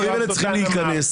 כל הדברים האלה צריכים להיכנס.